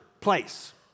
place